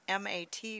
MAT